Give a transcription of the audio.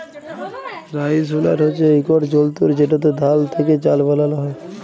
rice huller হছে ইকট যল্তর যেটতে ধাল থ্যাকে চাল বালাল হ্যয়